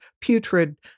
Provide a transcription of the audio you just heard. putrid